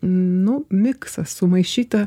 nu miksas sumaišyta